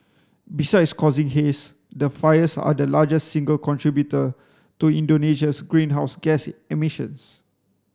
besides causing haze the fires are the largest single contributor to Indonesia's greenhouse gas emissions